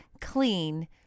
Clean